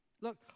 look